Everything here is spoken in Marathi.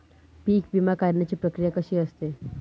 पीक विमा काढण्याची प्रक्रिया कशी असते?